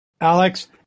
Alex